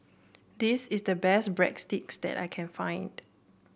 this is the best Breadsticks that I can find